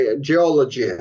geology